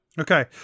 Okay